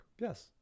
Yes